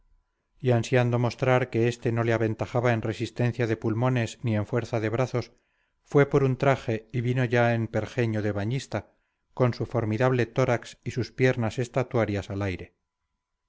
y ansiando mostrar que este no le aventajaba en resistencia de pulmones ni en fuerza de brazos fue por un traje y vino ya en pergeño de bañista con su formidable tórax y sus piernas estatuarias al aire